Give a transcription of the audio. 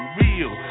real